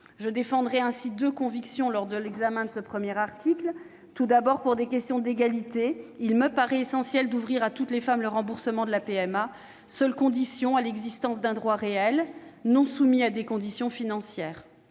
je défendrai deux convictions lors de l'examen de l'article 1. Tout d'abord, pour une question d'égalité, il me paraît essentiel de garantir à toutes les femmes le remboursement de la PMA, seule condition de l'existence d'un droit réel, non soumis à des critères financiers.